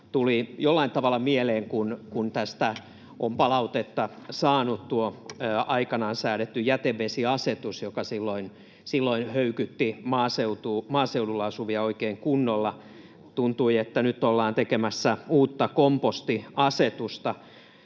tullut jollain tavalla mieleen aikoinaan säädetty jätevesiasetus, joka silloin höykytti maaseudulla asuvia oikein kunnolla. Tuntui, että nyt ollaan tekemässä uutta kompostiasetusta.